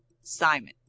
simon